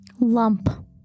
Lump